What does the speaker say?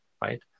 right